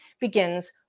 begins